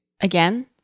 Again